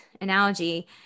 analogy